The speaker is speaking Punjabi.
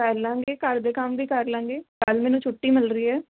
ਕਰ ਲਵਾਂਗੇ ਘਰ ਦੇ ਕੰਮ ਵੀ ਕਰ ਲਵਾਂਗੇ ਕੱਲ੍ਹ ਮੈਨੂੰ ਛੁੱਟੀ ਮਿਲ ਰਹੀ ਹੈ